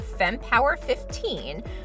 FEMPOWER15